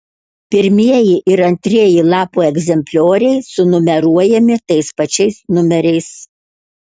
pirmieji ir antrieji lapų egzemplioriai sunumeruojami tais pačiais numeriais